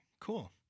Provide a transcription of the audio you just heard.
Cool